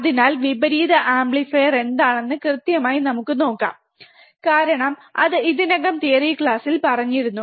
അതിനാൽ വിപരീത ആംപ്ലിഫയർ എന്താണെന്ന് കൃത്യമായി നമുക്ക് നോക്കാം കാരണം അത് ഇതിനകം തിയറി ക്ലാസിൽ പറഞ്ഞിരുന്നു